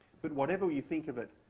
but whatever you think of it,